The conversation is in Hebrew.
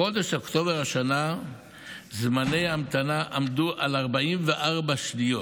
בחודש אוקטובר השנה זמני ההמתנה עמדו על 44 שניות,